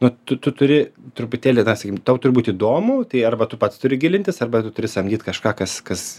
nu tu tu turi truputėlį na sakykim tau turi būt įdomu tai arba tu pats turi gilintis arba tu turi samdyt kažką kas kas